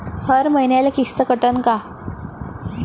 हर मईन्याले किस्त कटन का?